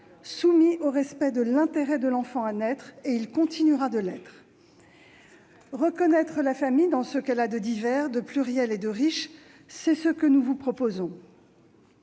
soumis au respect de l'intérêt de l'enfant à naître ; et il continuera de l'être. Reconnaître la famille dans ce qu'elle a de divers, de pluriel et de riche, c'est ce que nous vous proposons.